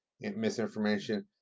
misinformation